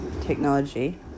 Technology